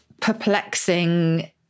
perplexing